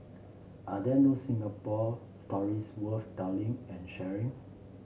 are there no Singapore stories worth telling and sharing